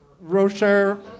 Rocher